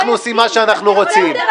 אנחנו לא עושים מה שהם רוצים.